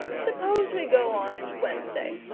suppose we go on wednesday.